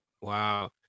Wow